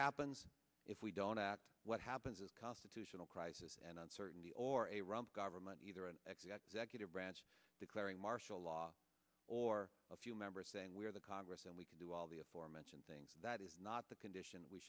happens if we don't act what happens is a constitutional crisis and uncertainty or a rump government either an executive branch declaring martial law or a few members saying we are the congress and we can do all the aforementioned things that is not the condition we